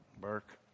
Burke